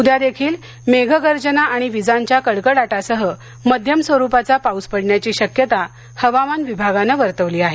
उद्या देखील मेघगर्जना आणि विजांच्या कडकडाटासह माध्यम स्वरूपाचा पाऊस पडण्याची शक्यता हवामान विभागाने वर्तवली आहे